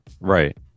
Right